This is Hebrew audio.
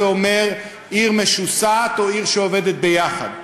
אומר עיר משוסעת או עיר שעובדת ביחד,